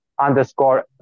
underscore